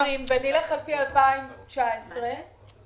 ונלך על פי תקציב 2019,